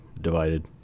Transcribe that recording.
divided